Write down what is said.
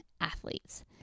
athletes